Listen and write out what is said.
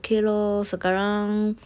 okay lor sekarang